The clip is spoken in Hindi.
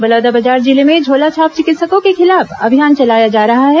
बलौदाबाजार जिले में झोलाछाप चिकित्सकों के खिलाफ अभियान चलाया जा रहा है